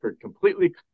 completely